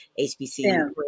HBC